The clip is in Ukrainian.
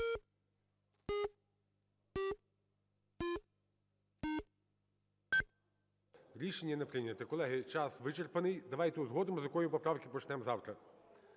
Рішення не прийнято. Колеги, час вичерпаний, давайте узгодимо, з якої поправки почнемо завтра.